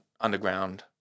underground